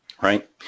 Right